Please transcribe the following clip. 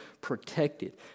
protected